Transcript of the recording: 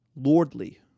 Lordly